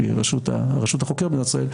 שהיא הרשות החוקרת במדינת ישראל,